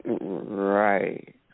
Right